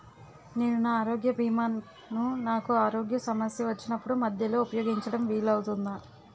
నేను నా ఆరోగ్య భీమా ను నాకు ఆరోగ్య సమస్య వచ్చినప్పుడు మధ్యలో ఉపయోగించడం వీలు అవుతుందా?